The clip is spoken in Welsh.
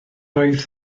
oedd